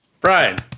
Brian